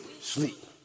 sleep